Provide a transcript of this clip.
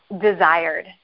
desired